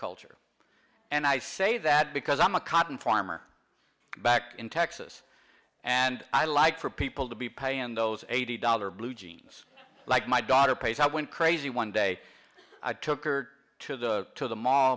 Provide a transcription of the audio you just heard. agriculture and i say that because i'm a cotton farmer back in texas and i like for people to be paying those eighty dollars blue jeans like my daughter pays i went crazy one day i took her to the to the mall